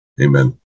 Amen